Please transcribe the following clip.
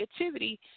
negativity